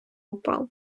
впав